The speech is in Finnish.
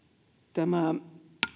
tämä